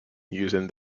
using